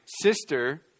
sister